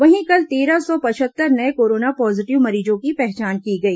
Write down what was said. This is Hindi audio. वहीं कल तेरह सौ पचहत्तर नये कोरोना पॉजीटिव मरीजों की पहचान की गई